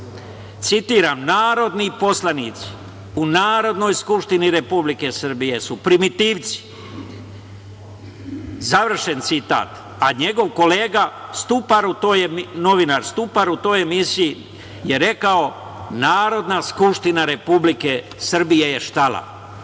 citiram: „Narodni poslanici u Narodnoj skupštini Republike Srbije su primitivci“, završen citat, a njegov kolega Stuparu, to je novinar, u toj emisiji je rekao: „Narodna skupština Republike Srbije je